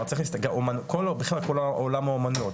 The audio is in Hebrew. בכלל כל עולם האומניות,